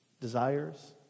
desires